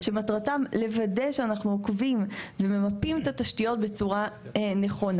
בשביל לוודא שאנחנו עוקבים וממפים את התשתיות בצורה נכונה.